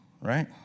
right